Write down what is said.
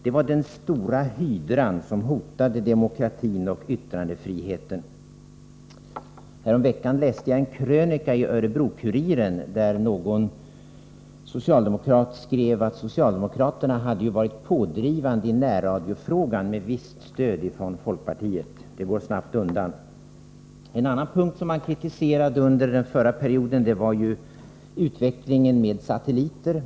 Den var den stora hydran, som hotade demokratin och yttrandefriheten. Häromveckan läste jag en krönika i Örebro-Kuriren, där någon socialdemokrat skrev att socialdemokraterna hade varit pådrivande i närradiofrågan med visst stöd från folkpartiet. Det går sannerligen snabbt undan: En annan sak som man kritiserade under den förra perioden var utvecklingen när det gäller satelliter.